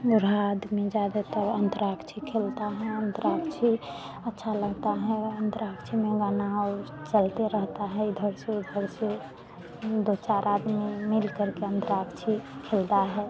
बूढ़ा आदमी ज़्यादातर अन्तराक्षी खेलता है अन्तराक्षी अच्छा लगता है अन्तराक्षी में गाना और चलते रहता है इधर से उधर से दो चार आदमी मिलकर के अन्तराक्षी खेलता है